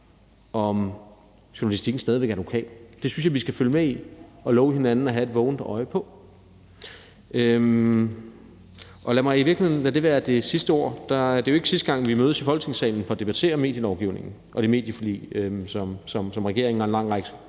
om journalistikken stadig væk er lokal. Det synes jeg vi skal følge med i og love hinanden at have et vågent øje på. Lad det være det sidste ord. Det er jo ikke sidste gang, vi mødes i Folketingssalen for at debattere medielovgivningen og det medieforlig, som regeringen og en lang række